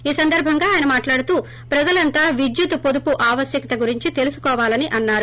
ఈ సందర్పంగా ఆయన మాట్లాడుతూ ప్రజలందరూ విద్యుత్ పొదుపు ఆవశ్యతక గురించి తెలుసుకోవాలని అన్నారు